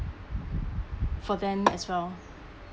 for them as well